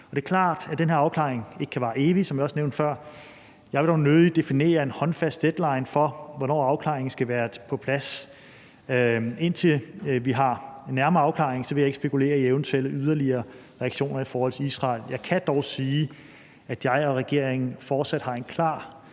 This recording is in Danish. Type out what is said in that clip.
at arbejdet med den her afklaring ikke kan vare evigt, som jeg også nævnte før. Jeg vil dog nødig komme med en håndfast deadline for, hvornår afklaringen skal være på plads. Indtil vi har nærmere afklaring, vil jeg ikke spekulere i eventuelle yderligere reaktioner i forhold til Israel. Jeg kan dog sige, at jeg og regeringen fortsat har en klar